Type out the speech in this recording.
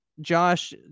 josh